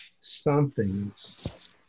something's